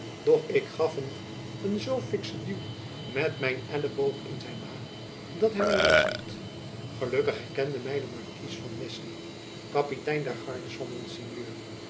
doch ik gaf hem een zoo fikschen duw met mijn elboog in zijn maag dat hy my losliet gelukkig herkende my de markies van mesny kapitein der gardes van monsieur